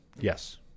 yes